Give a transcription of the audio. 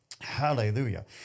Hallelujah